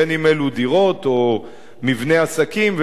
בין אם אלה דירות או מבני עסקים,